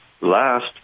Last